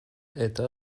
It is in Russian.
это